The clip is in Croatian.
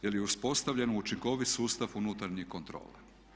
Je li uspostavljen učinkovit sustav unutarnjih kontrola.